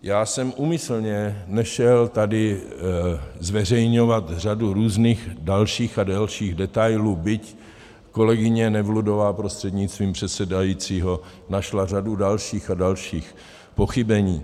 Já jsem úmyslně nešel tady zveřejňovat řadu různých dalších a dalších detailů, byť kolegyně Nevludová prostřednictvím předsedajícího našla řadu dalších a dalších pochybení.